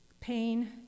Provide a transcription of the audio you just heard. pain